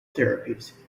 therapies